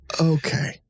okay